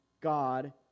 God